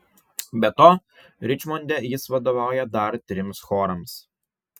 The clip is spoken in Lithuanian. be to ričmonde jis vadovauja dar trims chorams